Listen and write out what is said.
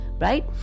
right